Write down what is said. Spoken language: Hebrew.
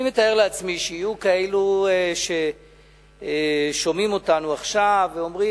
אני מתאר לעצמי שיהיו כאלה שישמעו אותנו עכשיו ויאמרו,